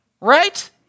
right